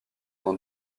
dans